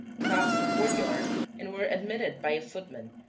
crossed the courtyard and were admitted by a footman,